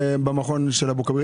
במכון של אבו כביר.